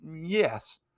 yes